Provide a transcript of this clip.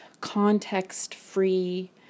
context-free